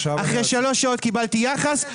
אחרי שלוש שעות קיבלתי יחס,